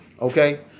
Okay